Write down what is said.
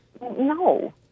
no